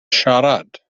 siarad